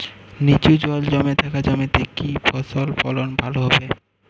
নিচু জল জমে থাকা জমিতে কি ফসল ফলন ভালো হবে?